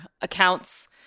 accounts